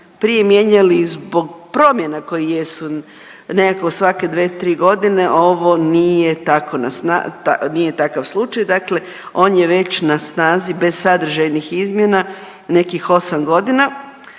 prije mijenjali i zbog promjena koji jesu, nekako svake 2-3.g., a ovo nije tako na sna…, nije takav slučaj, dakle on je već na snazi bez sadržajnih izmjena nekih 8.g.